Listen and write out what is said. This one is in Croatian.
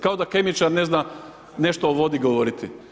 Kao da kemičar ne zna nešto o vodi govoriti.